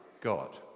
god